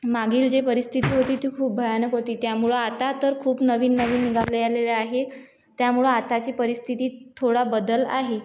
मागील जी परिस्थिती होती ती खूप भयानक होती त्यामुळे आता तर खूप नवीन नवीन निघालेले आहे त्यामुळे आताच्या परिस्थितीत थोडा बदल आहे